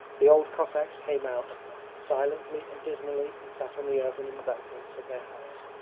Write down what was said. the old cossacks came out silently and dismally and sat on the earthen embankments of their huts,